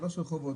שלושה רחובות,